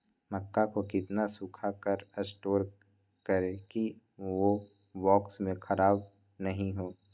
मक्का को कितना सूखा कर स्टोर करें की ओ बॉक्स में ख़राब नहीं हो?